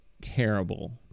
terrible